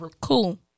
Cool